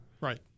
right